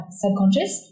subconscious